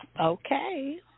Okay